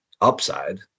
upside